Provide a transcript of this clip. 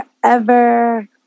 forever